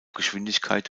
geschwindigkeit